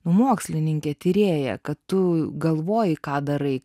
mokslininkė tyrėja kad tu galvoji ką darai